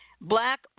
Black